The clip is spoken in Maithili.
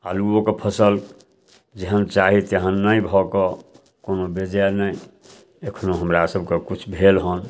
आलूवोके फसल जेहेन चाही तेहेन नहि भऽ कऽ कोनो बेजाय नहि एखनो हमरा सबके किछु भेल हन